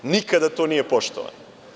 Nikada to nije poštovano.